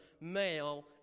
male